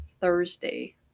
Thursday